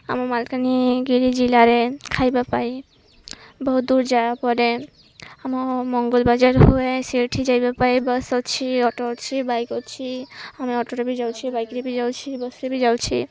ଆମ ମାଲକାନିଗିରି ଜିଲ୍ଲାରେ ଖାଇବା ପାଇଁ ବହୁତ ଦୂର ଯାବା ପରେ ଆମ ମଙ୍ଗଲ୍ ବାଜାର ହୁଏ ସେଇଠି ଯିବା ପାଇଁ ବସ୍ ଅଛି ଅଟୋ ଅଛି ବାଇକ୍ ଅଛି ଆମେ ଅଟୋରେ ବି ଯାଉଛି ବାଇକ୍ରେେ ବି ଯାଉଛି ବସ୍ରେେ ବି ଯାଉଛି